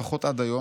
לפחות עד היום,